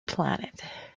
planet